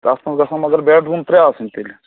تَتھ منٛز گژھن مگر بٮ۪ڈ روٗم ترٛےٚ آسٕنۍ تیٚلہِ